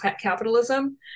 capitalism